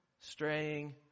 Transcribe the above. straying